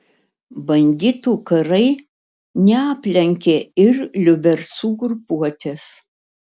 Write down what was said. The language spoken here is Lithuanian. banditų karai neaplenkė ir liubercų grupuotės